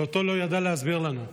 שאותו לא ידעה להסביר לנו.